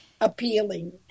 appealing